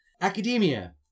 Academia